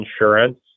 insurance